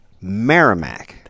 Merrimack